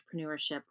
entrepreneurship